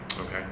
Okay